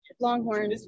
Longhorn